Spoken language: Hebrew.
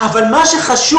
אבל מה שחשוב,